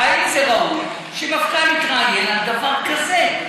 האם זה ראוי שמפכ"ל יתראיין על דבר כזה?